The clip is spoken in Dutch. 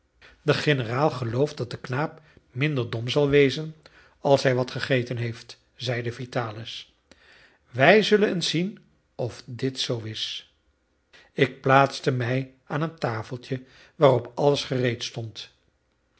de generaal gelooft dat de knaap minder dom zal wezen als hij wat gegeten heeft zeide vitalis wij zullen eens zien of dit zoo is ik plaatste mij aan een tafeltje waarop alles gereed stond